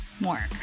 more